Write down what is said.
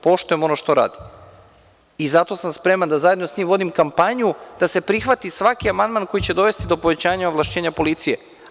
Poštujem ono što radi i zato sam spreman da zajedno s njim vodim kampanju da se prihvati svaki amandman koji će dovesti do povećanja ovlašćenja policije.